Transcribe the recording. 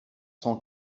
sans